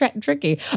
tricky